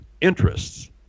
interests